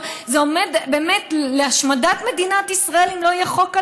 זה עומד באמת להשמדת מדינת ישראל אם לא יהיה חוק הלאום,